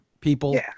people